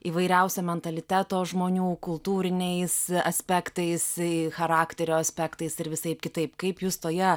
įvairiausio mentaliteto žmonių kultūriniais aspektais į charakterio aspektais ir visaip kitaip kaip jūs toje